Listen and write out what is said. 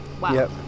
wow